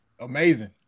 Amazing